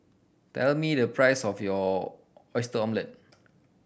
tell me the price of Oyster Omelette